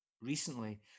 recently